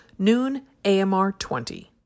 NOONAMR20